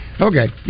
Okay